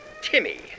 Timmy